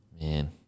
Man